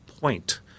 point